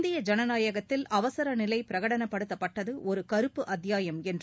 இந்திய ஜனநாயகத்தில் அவசர் நிலை பிரகடனப்படுத்தப்பட்டது ஒரு கருப்பு அத்தியாயம் என்று